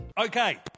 Okay